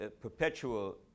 perpetual